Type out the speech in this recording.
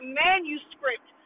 manuscript